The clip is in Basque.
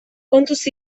kontuz